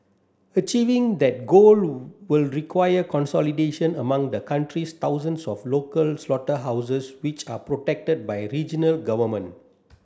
achieving that goal will require consolidation among the country's thousands of local slaughterhouses which are protected by regional government